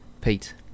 Pete